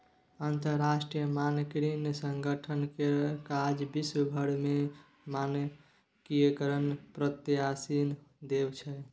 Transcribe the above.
अंतरराष्ट्रीय मानकीकरण संगठन केर काज विश्व भरि मे मानकीकरणकेँ प्रोत्साहन देब छै